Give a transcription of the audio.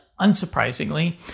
unsurprisingly